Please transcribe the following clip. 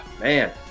man